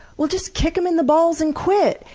well, just kick em in the balls and quit!